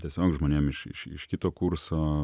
tiesiog žmonėm iš iš kito kurso